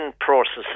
processes